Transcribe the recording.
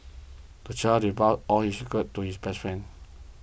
the child divulged all his secrets to his best friend